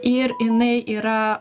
ir jinai yra